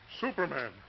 Superman